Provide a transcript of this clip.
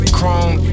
Chrome